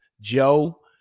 Joe